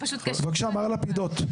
בבקשה, מר לפידות.